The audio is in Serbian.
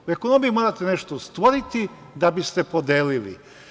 U ekonomiji morate nešto stvoriti da biste podelili.